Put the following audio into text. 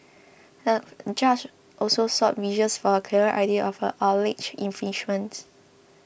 the judge also sought visuals for a clearer idea of the alleged infringements